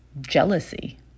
Jealousy